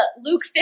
Luke